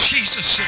Jesus